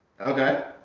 Okay